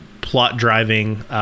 plot-driving